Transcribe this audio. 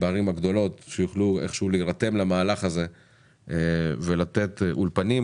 בערים הגדולות שיוכלו איכשהו להירתם למהלך הזה ולתת אולפנים,